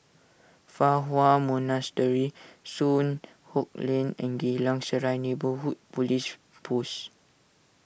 Fa Hua Monastery Soon Hock Lane and Geylang Serai Neighbourhood Police Post